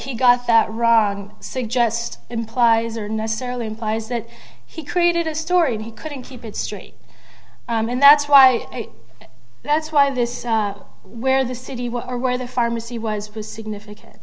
he got that wrong suggest implies or necessarily implies that he created a story and he couldn't keep it straight and that's why that's why this is where the city were or where the pharmacy was it was significant